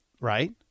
Right